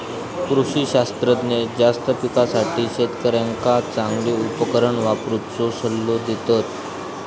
कृषी शास्त्रज्ञ जास्त पिकासाठी शेतकऱ्यांका चांगली उपकरणा वापरुचो सल्लो देतत